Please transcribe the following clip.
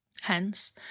Hence